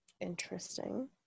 Interesting